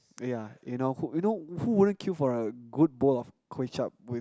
yeah you know who you know who wouldn't kill for a good bowl of kway-zhap with